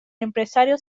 empresario